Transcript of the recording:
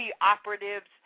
operatives